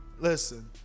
listen